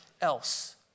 else